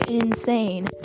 insane